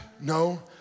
No